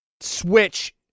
Switch